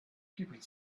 people